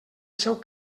seu